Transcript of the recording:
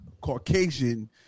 Caucasian